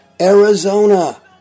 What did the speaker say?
Arizona